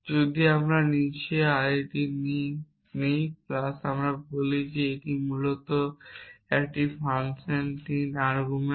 যদি আমরা নিচে arity 3 নিই প্লাস আমরা বলি যে এটি মূলত একটি ফাংশন 3 আর্গুমেন্ট